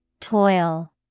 Toil